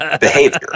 behavior